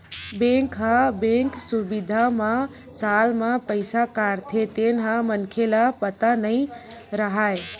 bank ह bank सुबिधा म साल म पईसा काटथे तेन ह मनखे ल पता नई रहय